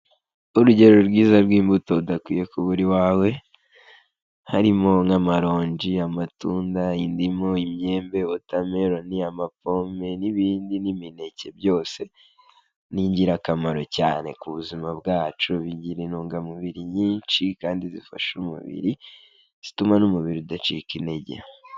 Urugero rwiza rw'imbuto udakwiye kubura iwawe, harimo nk'amaronji, amatunda, indimu, imyembe, watermelon, amapome n'ibindi n'imineke byose, ni ingirakamaro cyane ku buzima bwacu, bigira intungamubiri nyinshi kandi zifasha umubiri zituma n'umubiri udacika intege.